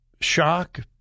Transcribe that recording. shock